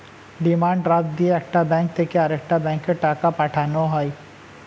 demand draft দিয়ে একটা bank থেকে আরেকটা ব্যাঙ্কে টাকা পাঠানো হয়